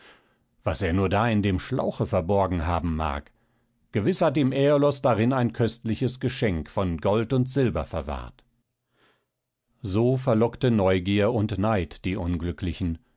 was er nur da in dem schlauche verborgen haben mag gewiß hat ihm äolos darin ein köstliches geschenk von gold und silber verwahrt so verlockte neugier und neid die unglücklichen